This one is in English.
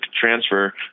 transfer